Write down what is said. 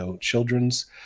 children's